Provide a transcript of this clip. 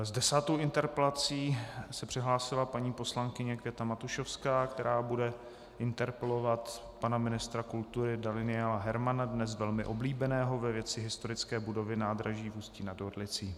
S desátou interpelací se přihlásila paní poslankyně Květa Matušovská, která bude interpelovat pana ministra kultury Daniela Hermana, dnes velmi oblíbeného, ve věci historické budovy nádraží v Ústí nad Orlicí.